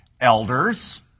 elders